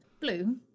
Blue